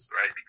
right